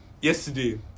yesterday